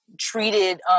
treated